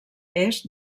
est